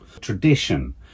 tradition